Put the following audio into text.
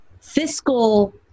fiscal